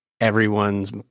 everyone's